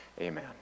Amen